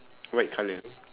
white colour